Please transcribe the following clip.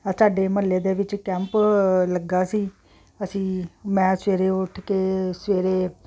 ਅ ਸਾਡੇ ਮੁਹੱਲੇ ਦੇ ਵਿੱਚ ਕੈਂਪ ਲੱਗਾ ਸੀ ਅਸੀਂ ਮੈਂ ਸਵੇਰੇ ਉੱਠ ਕੇ ਸਵੇਰੇ